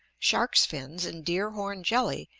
shark's fins, and deer-horn jelly,